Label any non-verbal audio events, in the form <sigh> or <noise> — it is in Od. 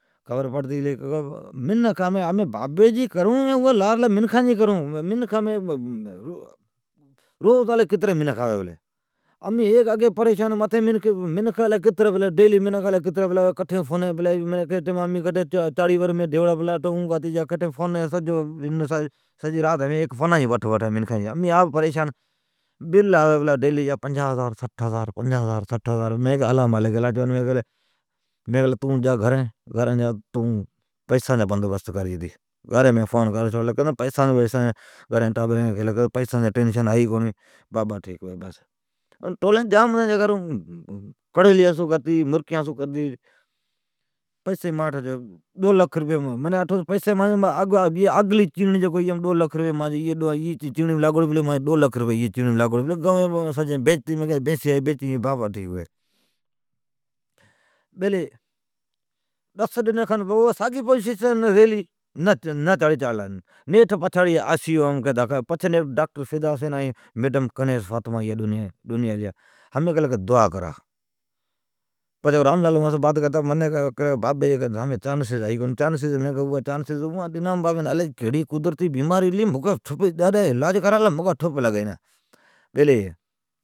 خبر پڑتی گلی <hesitation> ھمیں بابی جی کروں، لارلی منکھاں جی کرون ،منکھ ھمیں، روز الئی کتری پلی آوی۔ ھمین امین بابی جی کرون یا منکھان جی کرون، روز الئی کتری منکھ پلی آوی۔ کی ٹیم مین چاڑیام ڈیھوڑا پلا ہے، ھیک فونا جی وٹھ وٹھان منکھین فونام ڈھر ئی نالین ڈیئی، ھیک امین آپ پریشان۔ ڈیلی جا بل پلا آوی پنجاھ ھزار سٹھ ھزار، مین لاچوان کیلی تون جا گھرین، مین گھرین فون کر چھوڑلی ھتی کہ پئسان جا ٹینشن ھئی کونی بابا ٹھیک ھوی بس۔ گوین جام پلین ھوی کڑولیا سون کرتی مرکیان سون کرتی، پئسی مانجی ڈو لکھ ایی چیڑیم پلی ھوی ڈو لکھ مانجی ایی چیڑیم پلی ھوی۔ بیلی ڈس ڈنین ساگی پوزیشن نیٹھ نا چاڑی چڑلا۔ آخریم نیٹھ"ڈاکٹر فدا حسین"ائین "ڈاکٹر کنیز فاطما"آلین کہ ھمین دعا کرا۔ راملال بات کریلا پلا کہ ھمین بابی جی چانسز ھئی کونی۔ چانسز، اوان ڈنام بابین الی کا ھتی گلی، الی کیڑی بیماری ھلی اڈا اڈا علاج کرالا ٹھپ لگی ئی نا۔ بیلی،